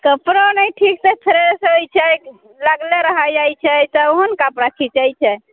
कपड़ो नहि ठीकसँ फ्रेश होइत छै लगले रहल जाइ छै तऽ ओहन कपड़ा खीँचै छै